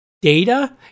data